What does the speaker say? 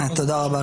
תודה רבה,